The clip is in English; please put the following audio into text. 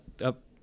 up